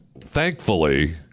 thankfully